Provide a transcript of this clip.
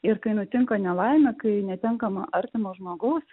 ir kai nutinka nelaimė kai netenkama artimo žmogaus